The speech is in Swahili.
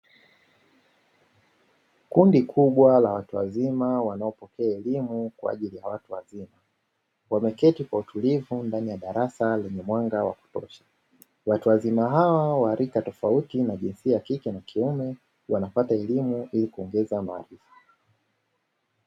Kundi kubwa la watu wazima wanaopata elimu kwa ajili ya watu wazima wameketi kwa utulivu kwenye darasa lenye mwanga wa kutosha, watu wazima hao wa lika tofauti jinsia ya kike na kiume wanapata elimu ili kuongeza maarifa.